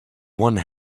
one